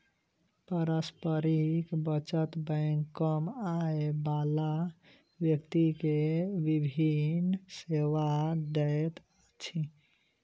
पारस्परिक बचत बैंक कम आय बला व्यक्ति के विभिन सेवा दैत अछि